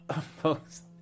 folks